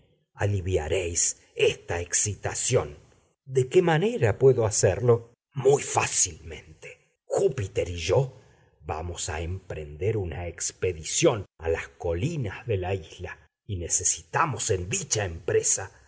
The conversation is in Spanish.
mí aliviaréis esta excitación de qué manera puedo hacerlo muy fácilmente júpiter y yo vamos a emprender una expedición a las colinas de la isla y necesitamos en dicha empresa